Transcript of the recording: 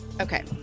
Okay